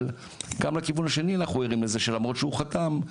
אבל גם לכיוון השני אנחנו ערים לזה שלמרות שהוא חתם,